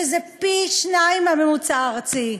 שזה פי-שניים מהממוצע הארצי.